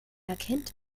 erkennt